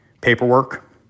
paperwork